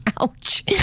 ouch